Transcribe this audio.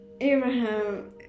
Abraham